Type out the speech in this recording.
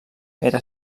era